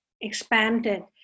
expanded